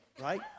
right